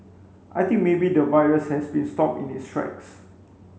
I think maybe the virus has been stopped in its tracks